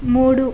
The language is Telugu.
మూడు